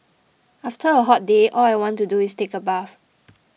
after a hot day all I want to do is take a bath